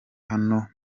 hano